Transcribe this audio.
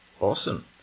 awesome